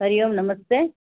हरिः ओं नमस्ते